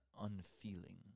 unfeeling